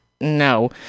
no